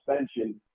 suspension